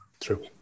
True